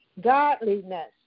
godliness